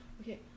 Okay